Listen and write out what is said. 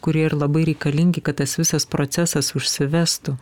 kurie ir labai reikalingi kad tas visas procesas užsivestų